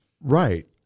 Right